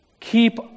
keep